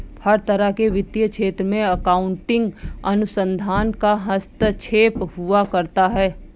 हर तरह के वित्तीय क्षेत्र में अकाउन्टिंग अनुसंधान का हस्तक्षेप हुआ करता है